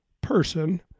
person